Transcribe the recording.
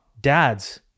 dads